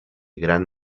gran